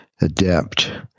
adept